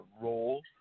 role